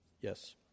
Yes